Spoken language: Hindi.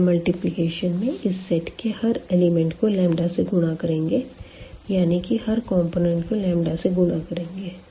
स्केलर मल्टीप्लिकेशन में इस सेट के हर एलिमेंट को लंबदा से गुणा करेंगे यानी कि हर कॉम्पोनेन्ट को लंबदा से गुणा करेंगे